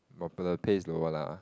popular pay is lower lah